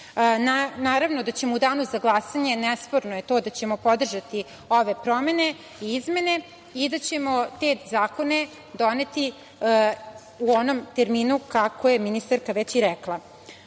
treba. Naravno da ćemo u danu za glasanje, nesporno je to da ćemo podržati ove izmene i da ćemo te zakone doneti u onom terminu kako je ministarka već i rekla. Ono